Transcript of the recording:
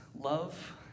love